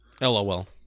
LOL